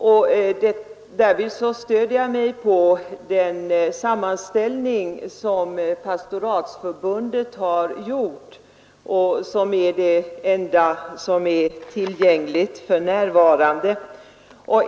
Jag stöder mig därvid på den sammanställning som Pastoratsförbundet har gjort och som är det enda tillgängliga materialet för närvarande.